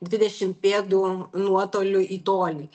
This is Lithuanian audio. dvidešim pėdų nuotoliu į tolį